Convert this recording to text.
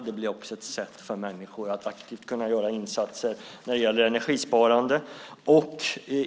Det blir också ett sätt för människor att aktivt kunna göra insatser när det gäller energisparande.